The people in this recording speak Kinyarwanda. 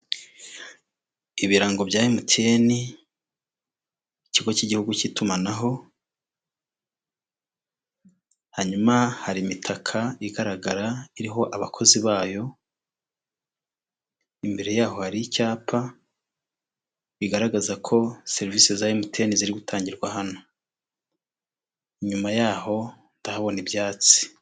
Ibirango bya emutiyene, ikigo cy'igihugu cy'itumanaho hanyuma hari imitaka igaragara iriho abakozi bayo, imbere yaho hari icyapa bigaragaza ko serivise za emutiyene ziri gutangirwa hano. Inyuma yaho ndahabona ibyatsi.